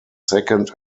second